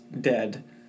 Dead